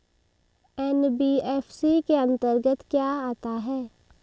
NBFC के अंतर्गत क्या आता है?